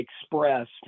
expressed